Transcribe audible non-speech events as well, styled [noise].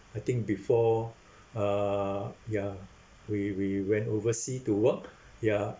I think before [breath] uh ya we we went oversea to work [breath] ya